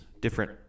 different